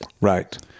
right